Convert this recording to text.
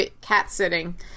cat-sitting